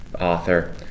author